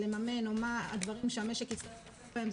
לממן או מה הדברים שהמשק יצטרך לשלם זאת